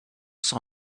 saw